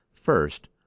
First